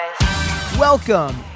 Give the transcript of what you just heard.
Welcome